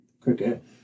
cricket